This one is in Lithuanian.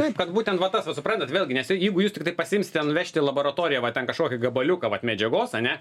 taip kad būtent va tas va suprantat vėlgi nes jeigu jūs tiktai pasiimsite nuvešite į laboratoriją va ten kažkokį gabaliuką vat medžiagos ane